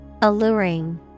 Alluring